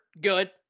good